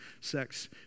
sex